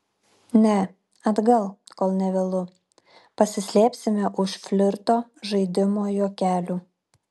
ne atgal kol nė vėlu pasislėpsime už flirto žaidimo juokelių